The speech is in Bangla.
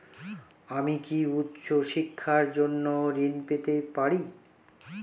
আমি কি উচ্চ শিক্ষার জন্য ঋণ পেতে পারি?